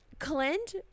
Clint